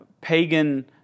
pagan